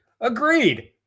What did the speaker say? Agreed